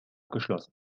geschlossen